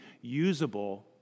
usable